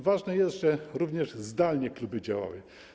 Ważne jest, że również zdalnie kluby działały.